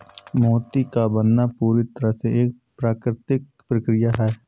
मोती का बनना पूरी तरह से एक प्राकृतिक प्रकिया है